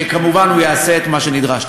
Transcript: שכמובן הוא יעשה את מה שנדרש.